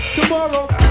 tomorrow